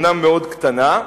אומנם מאוד קטנה,